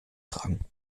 tragen